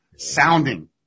Sounding